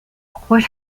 what